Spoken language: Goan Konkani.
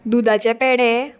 दुदाचे पेडे